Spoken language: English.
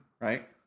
Right